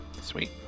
Sweet